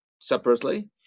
separately